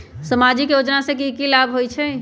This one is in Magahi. सामाजिक योजना से की की लाभ होई?